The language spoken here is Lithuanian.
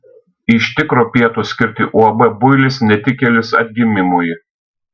iš tikro pietūs skirti uab builis netikėlis atgimimui